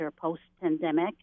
post-pandemic